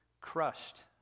crushed